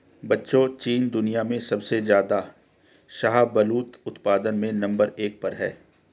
बच्चों चीन दुनिया में सबसे ज्यादा शाहबूलत उत्पादन में नंबर एक पर है